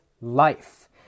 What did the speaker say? life